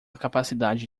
capacidade